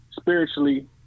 spiritually